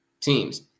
teams